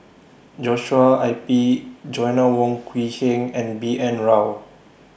Joshua I P Joanna Wong Quee Heng and B N Rao